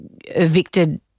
evicted